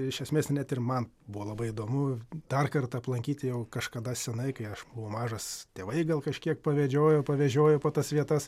iš esmės net ir man buvo labai įdomu dar kartą aplankyti jau kažkada senai kai aš buvau mažas tėvai gal kažkiek pavedžiojo pavežiojo po tas vietas